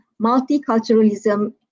multiculturalism